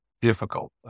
difficult